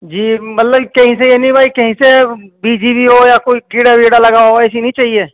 جی مطلب کہیں سے نہیں بھائی کہیں سے بھیگی ہوئی ہو یا کوئی کیڑا ویڑا لگا ہو ایسی نہیں چاہیے